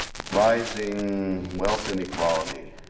rising wealth and equality.